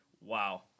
Wow